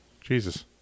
Jesus